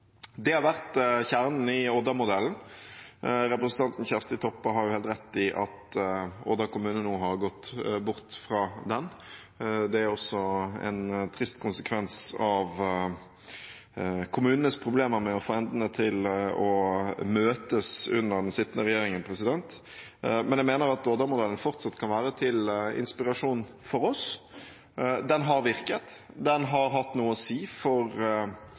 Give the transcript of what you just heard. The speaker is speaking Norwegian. Det har vært kjernen i Odda-modellen. Representanten Kjersti Toppe har helt rett i at Odda kommune nå har gått bort fra den. Det er også en trist konsekvens av kommunenes problemer med å få endene til å møtes under den sittende regjeringen. Men jeg mener at Odda-modellen fortsatt kan være til inspirasjon for oss. Den har virket. Den har hatt noe å si for